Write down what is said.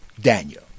Daniel